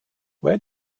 where